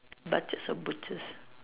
batches or butcher